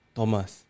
Thomas